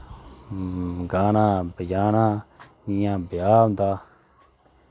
गाना बज़ाना जियां ब्याह् होंदा